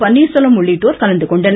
பன்னீர்செல்வம் உள்ளிட்டோர் கலந்துகொண்டனர்